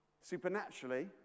Supernaturally